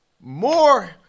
More